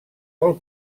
pel